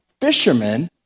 fishermen